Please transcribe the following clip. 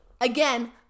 again